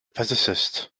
physicist